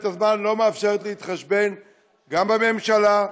הזמן לא מאפשרת להתחשבן גם עם הממשלה,